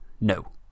no